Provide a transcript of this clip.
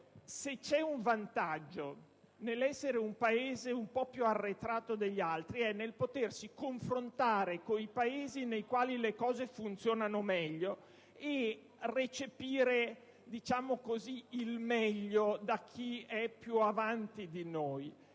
se c'è un vantaggio nell'essere un Paese un po' più arretrato degli altri, è solo quello di potersi confrontare con i Paesi nei quali le cose funzionano meglio e recepire il meglio della loro esperienza.